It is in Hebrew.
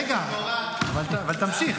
רגע, אבל תמשיך.